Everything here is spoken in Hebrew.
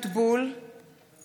(קוראת בשמות חברי הכנסת)